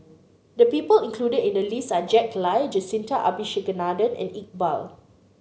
the people included in the list are Jack Lai Jacintha Abisheganaden and Iqbal